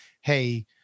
hey